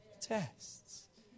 tests